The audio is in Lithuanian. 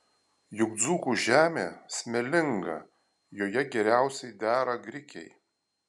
juk dzūkų žemė smėlinga joje geriausiai dera grikiai